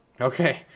Okay